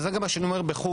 וזה גם מה שאני אומר בחו"ל,